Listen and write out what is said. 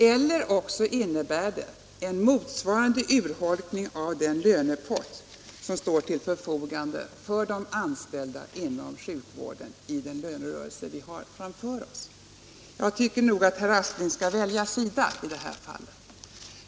Eller också innebär det en motsvarande urholkning av den lönepott som står till förfogande för de anställda inom sjukvården i den lönerörelse som vi har framför oss. Jag tycker att herr Aspling skall välja sida i detta fall.